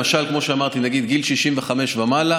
למשל כמו שאמרתי שנניח גיל 65 ומעלה,